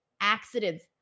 accidents